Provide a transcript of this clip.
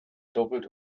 doppelt